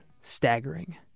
staggering